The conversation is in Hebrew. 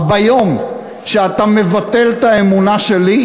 ביום שאתה מבטל את האמונה שלי,